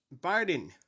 Biden